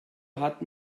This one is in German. hat